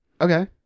Okay